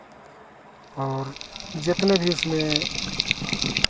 और जितने भी उसमें